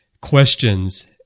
questions